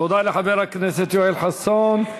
תודה לחבר הכנסת יואל חסון.